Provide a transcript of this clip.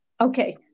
Okay